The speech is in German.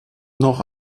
noch